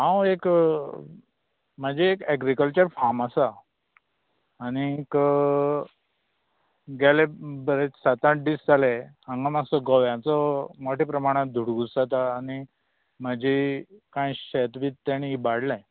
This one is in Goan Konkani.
हांव एक म्हजें एक ऐग्रिकल्चर फार्म आसा आनी गेले बरेंच सात आठ दीस जाले हांगा मात्सो गंव्याचो मोठे प्रमाणान धुडगूस जाता आनी म्हजीं शेंत बी कांय तांणी इबाडलें